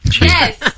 Yes